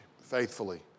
faithfully